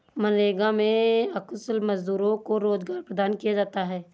मनरेगा में अकुशल मजदूरों को रोजगार प्रदान किया जाता है